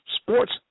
sports